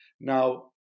Now